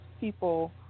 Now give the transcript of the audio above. people